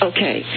Okay